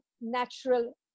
natural